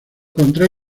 contra